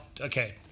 okay